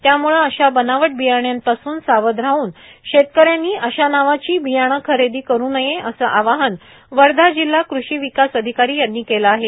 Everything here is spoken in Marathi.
त्यामुळे अशा बनावट बियाण्यापासून सावध राहन शेतकऱ्यांनी अशा नावाचे बियाणे खरेदी करु नये असे आवाहन वर्धा जिल्हा कृषि विकास अधिकारी यांनी केले आहे